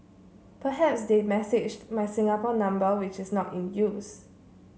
perhaps they messaged my Singapore number which is not in use